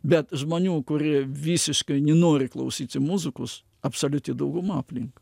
bet žmonių kurie visiškai nenori klausyti muzikos absoliuti dauguma aplink